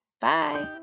Bye